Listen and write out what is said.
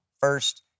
first